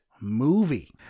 movie